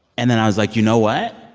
and then i was like, you know what?